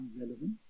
irrelevant